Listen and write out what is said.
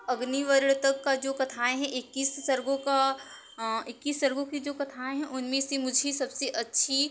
अग्निवर्ण तक का जो कथाएँ हैं इक्कीस सर्गो का इक्कीस सर्गो का जो कथाएँ हैं उनमें से मुझे सबसे अच्छी